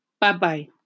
bye-bye